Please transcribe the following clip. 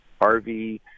RV